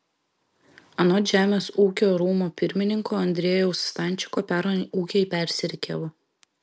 anot žemės ūkio rūmų pirmininko andrejaus stančiko pernai ūkiai persirikiavo